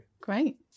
Great